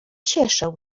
cieszę